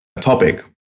topic